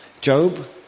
Job